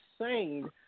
insane